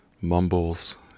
mumbles